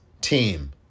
team